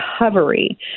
recovery